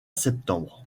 septembre